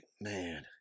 man